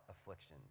affliction